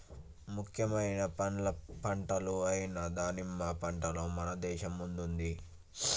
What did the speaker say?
ముఖ్యమైన పండ్ల పంటలు అయిన దానిమ్మ పంటలో మన దేశం ముందుంది